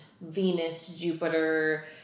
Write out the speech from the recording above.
Venus-Jupiter